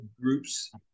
groups